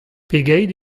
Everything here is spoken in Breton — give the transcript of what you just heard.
pegeit